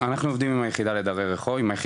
אנחנו עובדים עם היחידות לדרי רחוב.